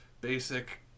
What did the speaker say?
basic